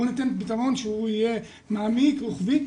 בואו ניתן פתרון שיהיה מעמיק, רוחבי.